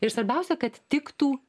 ir svarbiausia kad tiktų